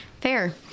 Fair